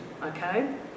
okay